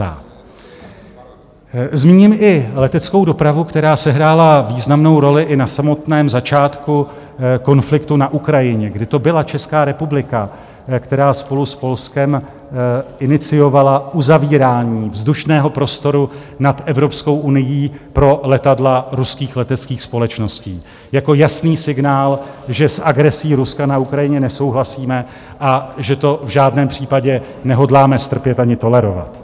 Zmíním i leteckou dopravu, která sehrála významnou roli i na samotném začátku konfliktu na Ukrajině, kdy to byla Česká republika, která spolu s Polskem iniciovala uzavírání vzdušného prostoru nad Evropskou unií pro letadla ruských leteckých společností jako jasný signál, že s agresí Ruska na Ukrajině nesouhlasíme a že to v žádném případě nehodláme strpět ani tolerovat.